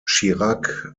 chirac